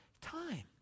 time